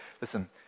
listen